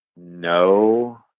No